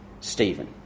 Stephen